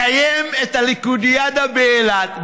מקיים את הליכודיאדה באילת,